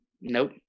Nope